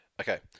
Okay